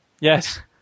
Yes